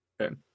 Okay